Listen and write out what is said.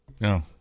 No